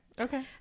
Okay